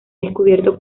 descubierto